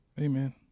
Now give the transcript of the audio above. Amen